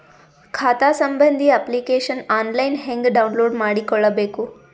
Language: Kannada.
ಖಾತಾ ಸಂಬಂಧಿ ಅಪ್ಲಿಕೇಶನ್ ಆನ್ಲೈನ್ ಹೆಂಗ್ ಡೌನ್ಲೋಡ್ ಮಾಡಿಕೊಳ್ಳಬೇಕು?